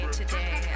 today